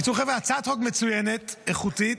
בקיצור, חבר'ה, הצעת חוק מצוינת, איכותית.